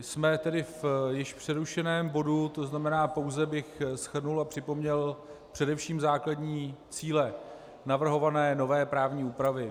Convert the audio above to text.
Jsme tedy již v přerušeném bodu, tzn. pouze bych shrnul a připomněl především základní cíle navrhované nové právní úpravy.